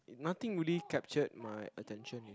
nothing really captured my attention eh